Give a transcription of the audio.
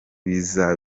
biza